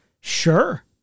Sure